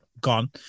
gone